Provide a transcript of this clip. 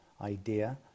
idea